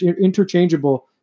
interchangeable